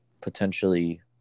potentially